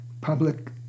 public